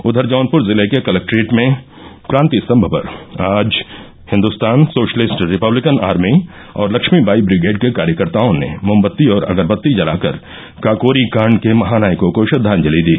उधर जौनपुर जिले के कलेक्ट्रेट में क्रांति स्तम्भ पर आज हिन्दुस्तान सोशलिस्ट रिपब्लिकन आर्मी और लक्ष्मीबाई ब्रिगेड के कार्यकर्ताओं ने मोमबत्ती और अगरबत्ती जलाकर काकोरी काण्ड के महानायकों को श्रद्वांजलि दी